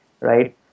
right